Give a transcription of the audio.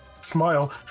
Smile